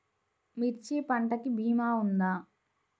మిర్చి పంటకి భీమా ఉందా?